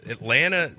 Atlanta